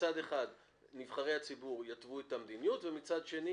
שמצד אחד נבחרי הציבור יתוו את המדיניות ומצד שני